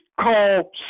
Call